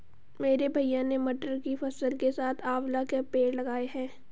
मेरे भैया ने मटर की फसल के साथ आंवला के पेड़ लगाए हैं